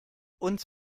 uns